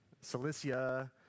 Cilicia